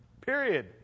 period